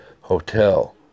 hotel